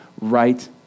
right